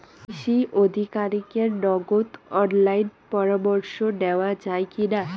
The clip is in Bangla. কৃষি আধিকারিকের নগদ অনলাইন পরামর্শ নেওয়া যায় কি না?